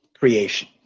Creation